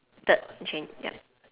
third yup